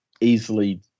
easily